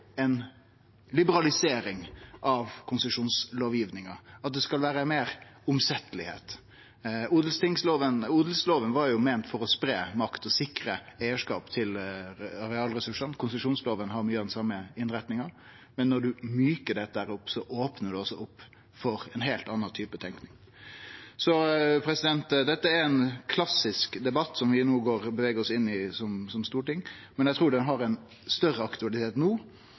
liberalisering av konsesjonslovgivinga, at dette skal vere meir omsetjeleg. Odelsloven var meint for å spreie makt og sikre eigarskap til arealressursane. Konsesjonsloven har mykje av den same innretninga, men når ein mjukar opp dette, opnar det for ei heilt anna tenking. Dette er ein klassisk debatt vi no beveger oss inn i som storting, men eg trur debatten har større aktualitet no,